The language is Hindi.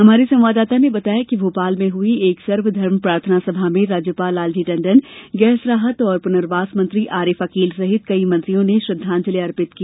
हमारे संवाददाता ने बताया है कि भोपाल में हुई एक सर्व धर्म प्रार्थना सभा में राज्यपाल लालजी टंडन गैस राहत और पुनर्वास मंत्री आरिफ अकील सहित कई मंत्रियों ने श्रद्वांजलि अर्पित की